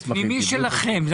זה פנימי שלכם.